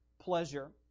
pleasure